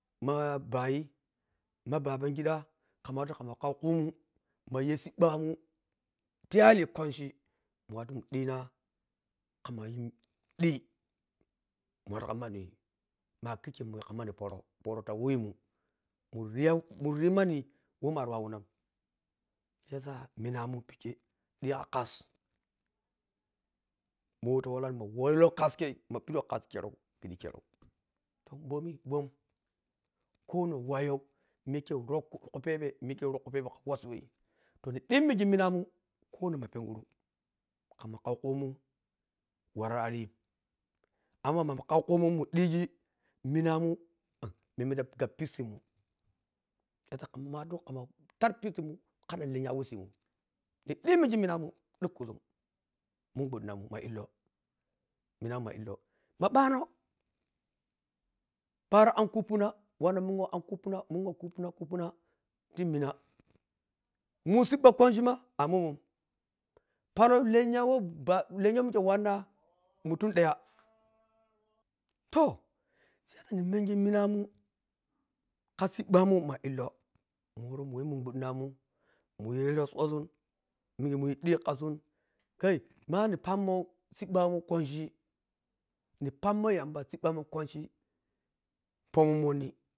Ma yaya bayi ma babangida kham watu khamma khau khumun ma yhe siɓɓamun te iyali kwanchi mun watu miun dhinha khammayi watu mun dhinha khammayi dhi min watu khammanhiwah ma a gkikhem mun wom kha wanhi phorom phoro ta wahmun munyi munri mannhi wah munari wawanan siyasa mina mun pekhe dhikhakas ma wah ta waran danwoli kha kaskhe ma pdhiwah kas khe ma pidhiwah kas khe kyarau boh boh khonhonk wahyho miyakhe rhokhu phebe mikhe rhokhu phebe khepe kha wassiwah to nridhimmighe munammun khwodhok ma penghuru khamma khau khurmun wara arirhim amma mamun khaukhumun mundhig minamun memme tagabapesi ta to khamma watu mun sad pesimun kharama lenyha wah pesimun nighimmigi minamun dhe khusum mungbwadhinanu ma illoh minamun ma illoh ma bwanoh pani ankhunpi na wanna munghyo ma illoh munamn mah illoh ma gbwanoh pana ankhumpi na wanna munghyo ankhumpina khumpuna mina mun siɓɓa kwanchima a munmun panag langha wah ba lenyha wah mikhe wanna lengha wah mikhe wanna mutum daya to memenga munum khasibɓamun ma illoh munwor mun wah mengbdhianummunyi rhososun munyidhi khasan kai mani pemmo siɓɓmun kwanchi ni pemmo yamba seɓɓaman kwanchi femun monny